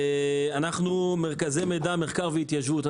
אנחנו מרכזי מידע מחקר והתיישבות.